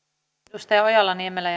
edustaja ojala niemelä